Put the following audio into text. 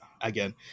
again